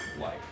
life